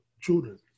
children